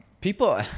People